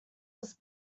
was